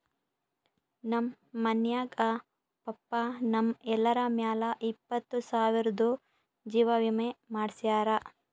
ನಮ್ ಮನ್ಯಾಗ ಪಪ್ಪಾ ನಮ್ ಎಲ್ಲರ ಮ್ಯಾಲ ಇಪ್ಪತ್ತು ಸಾವಿರ್ದು ಜೀವಾ ವಿಮೆ ಮಾಡ್ಸ್ಯಾರ